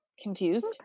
confused